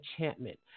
enchantment